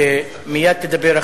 שמייד תדבר,